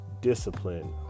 Discipline